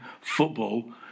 football